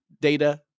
data